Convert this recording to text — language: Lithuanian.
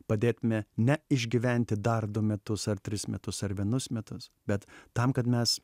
padėtume ne išgyventi dar du metus ar tris metus ar vienus metus bet tam kad mes